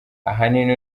ahanini